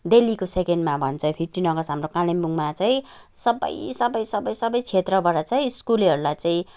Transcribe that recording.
दिल्लीको सेकेन्डमा भन्छ फिफ्टिन अगस्त हाम्रो कालिम्पोङमा चाहिँ सबै सबै सबै सबै क्षेत्रबाट चाहिँ स्कुलेहरूलाई चाहिँ